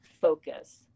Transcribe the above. focus